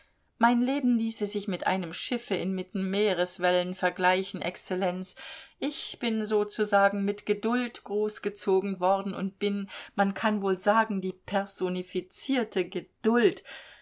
mein leben ließe sich mit einem schiffe inmitten meereswellen vergleichen exzellenz ich bin sozusagen mit geduld großgezogen worden und bin man kann wohl sagen die personifizierte geduld